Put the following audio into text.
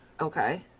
Okay